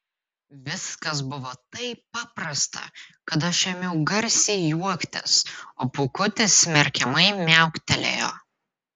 viskas buvo taip paprasta kad aš ėmiau garsiai juoktis o pūkutis smerkiamai miauktelėjo